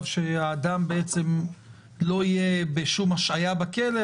שהאדם בעצם לא יהיה בשום השעיה בכלא,